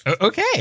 Okay